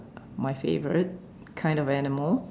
my favorite kind of animal